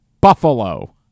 Buffalo